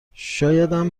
شایدم